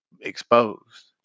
exposed